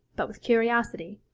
but with curiosity,